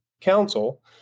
council